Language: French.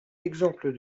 exemple